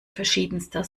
verschiedenster